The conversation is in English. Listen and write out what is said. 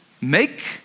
make